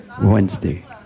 Wednesday